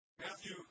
Matthew